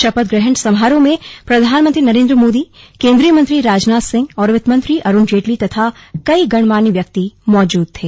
शपथ ग्रहण समारोह में प्रधानमंत्री नरेन्द्र मोदी केन्द्रीय मंत्री राजनाथ सिंह और अरूण जेटली तथा कई गणमान्य व्यक्ति मौजूद थे